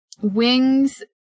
wings